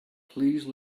please